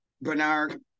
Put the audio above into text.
Bernard